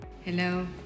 Hello